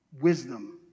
Wisdom